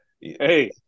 hey